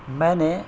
میں نے